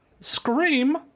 scream